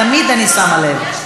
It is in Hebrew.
תמיד אני שמה לב.